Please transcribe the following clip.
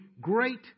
great